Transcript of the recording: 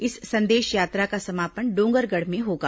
इस संदेश यात्रा का समापन डोंगरगढ़ में होगा